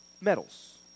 metals